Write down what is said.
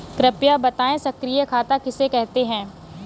कृपया बताएँ सक्रिय खाता किसे कहते हैं?